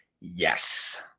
yes